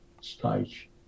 stage